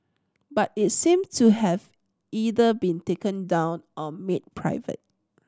but it seems to have either been taken down or made private